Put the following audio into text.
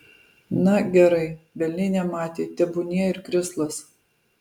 na gerai velniai nematė tebūnie ir krislas